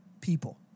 people